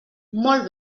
molt